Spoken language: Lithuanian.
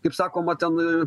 kaip sakoma ten